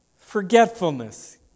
Forgetfulness